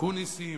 אקוניסים